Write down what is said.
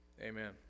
Amen